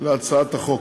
להצעת החוק.